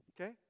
Okay